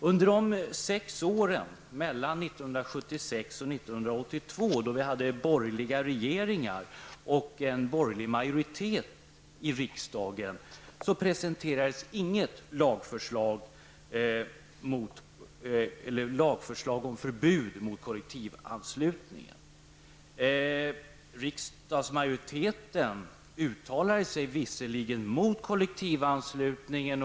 Under åren 1976--1982, då vi hade borgerliga regeringar och en borgerlig majoritet i riksdagen, presenterades inget lagförslag om förbud mot kollektivanslutningen. Riksdagsmajoriteten uttalade sig visserligen mot kollektivanslutningen.